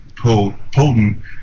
potent